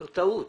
זאת טעות.